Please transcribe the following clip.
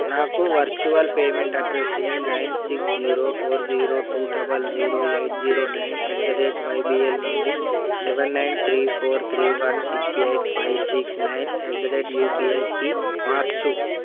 నాకు virtual payment అడ్రెస్సుని nine six zero four zero two double zero eight zero nine at the date YBL నుండి seven nine three four three one six eight five six nine at the rate యూపిఐకి మార్చుము